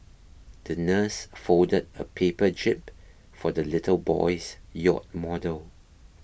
the nurse folded a paper jib for the little boy's yacht model